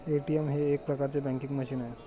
ATM हे एक प्रकारचे बँकिंग मशीन आहे